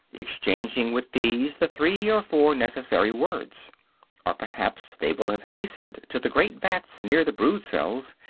exchanging with these the three or four necessary words or perhaps they will have hastened to the great vats near the brood-cells,